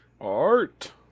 Art